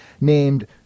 named